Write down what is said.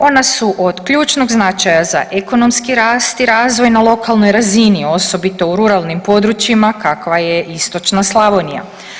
Ona su od ključnog značaja za ekonomski rast i razvoj na lokalnoj razini, osobito u ruralnim područjima kakva je istočna Slavonija.